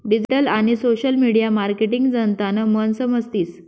digital आणि social media marketing जनतानं मन समजतीस